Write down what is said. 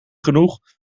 genoeg